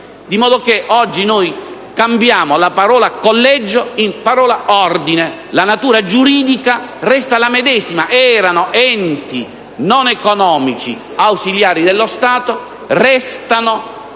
di modo che oggi noi cambiamo la parola "collegio" con l'altra "ordine". La natura giuridica resta la medesima: erano enti non economici ausiliari dello Stato, restano